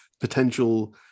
potential